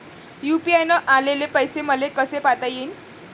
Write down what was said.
UPI न आलेले पैसे मले कसे पायता येईन?